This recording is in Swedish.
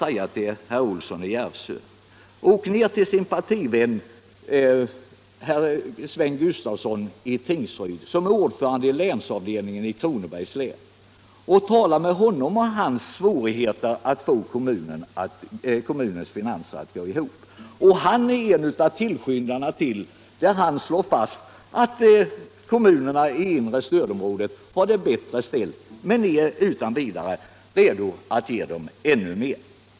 Jag vill uppmana herr Olsson i Järvsö att åka ner till sin partivän Sven Gustafsson i Tingsryd, ordförande i länsavdelningen inom Kronobergs län, och tala med honom om hans svårigheter att få kommunens finanser att gå ihop. Och han är en av dem som slagit fast att kommunerna i inre stödområdet har det bättre ställt, men han är ändå utan vidare redo att ge dem ännu mer.